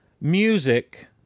music